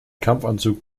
kampfanzug